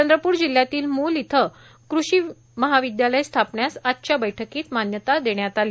चंद्रपूर जिल्ह्यातील मूल इथं कृषि महाविद्यालय स्थापण्यास आजच्या बैठकीत मान्यता देण्यात आली